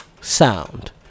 sound